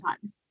time